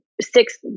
six